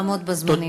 נא לעמוד בזמנים.